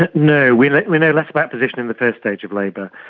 no, we like we know less about position in the first stage of labour.